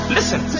Listen